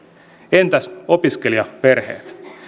entäs opiskelijaperheet